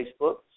Facebook